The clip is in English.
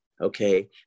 okay